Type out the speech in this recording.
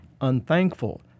unthankful